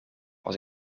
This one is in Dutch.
was